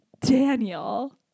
Daniel